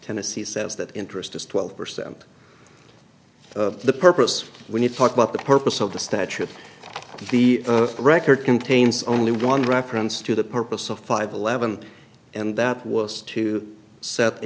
tennessee says that interest is twelve percent of the purpose when you talk about the purpose of the statute the record contains only one reference to the purpose of five eleven and that was to set the